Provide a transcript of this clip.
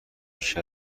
بیش